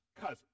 cousin